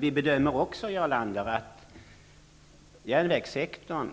Vi bedömer, Jarl Lander, att järnvägssektorn,